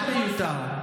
באמת מיותר.